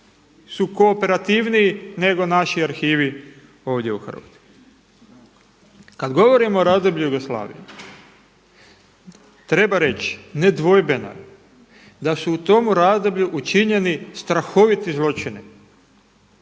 su kooperativniji nego naši arhivi ovdje u Hrvatskoj. Kada govorimo o razdoblju Jugoslavije treba reći nedvojbeno je da su u tom razdoblju učinjeni strahoviti zločini